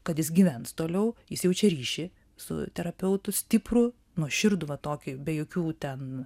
kad jis gyvens toliau jis jaučia ryšį su terapeutu stiprų nuoširdų va tokį be jokių ten